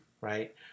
right